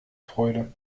freude